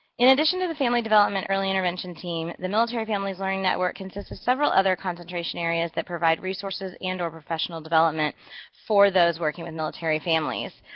in addition to the family development early intervention team, the military family learning network consist of several other concentration areas that provide resources and or professional development for those working with military families.